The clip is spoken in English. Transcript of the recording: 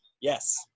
Yes